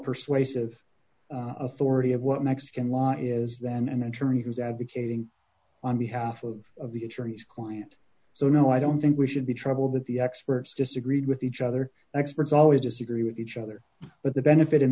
persuasive authority of what mexican law is than an attorney who's advocating on behalf of the attorneys client so no i don't think we should be troubled that the experts disagreed with each other experts always disagree with each other but the benefit in